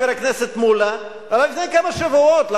חבר הכנסת מולה לפני כמה שבועות,